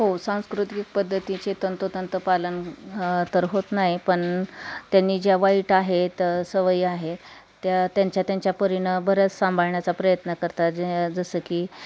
हो सांस्कृतिक पद्धतीचे तंतोतंत पालन तर होत नाही पण त्यांनी ज्या वाईट आहेत सवयी आहेत त्या त्यांच्या त्यांच्या परीने बऱ्याच सांभाळण्याचा प्रयत्न करतात ज जसं की